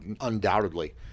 Undoubtedly